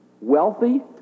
Wealthy